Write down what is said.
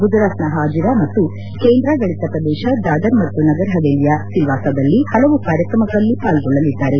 ಗುಜರಾತ್ನ ಹಾಜಿರಾ ಮತ್ತು ಕೇಂದ್ರಾಡಳಿತ ಪ್ರದೇಶ ದಾದರ್ ಮತ್ತು ನಗರ್ ಹವೆಲಿಯ ಸಿಲ್ವಾಸದಲ್ಲಿ ಹಲವು ಕಾರ್ಯಕ್ರಮಗಳಲ್ಲಿ ಪಾಲ್ಗೊಳ್ಳಲಿದ್ದಾರೆ